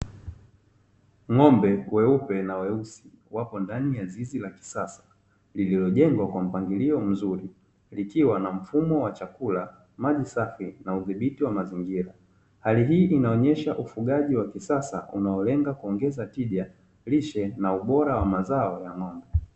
Ng'ombe weupe na weusi, wako ndani ya zizi la kisasa lililojengwa kwa mpangilio mzuri likiwa na mfumo wa chakula, maji safi, na udhibiti wa mazingira. Hali hii inaonyesha ufugaji wa kisasa unaolenga kuongeza tija, lishe, na ubora wa mazao ya ng'ombe.